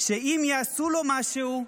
שאם יעשו לו משהו,